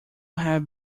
have